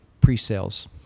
pre-sales